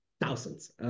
thousands